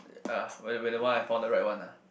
uh when~ whenever I found the right one nah